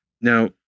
now